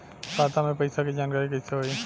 खाता मे पैसा के जानकारी कइसे होई?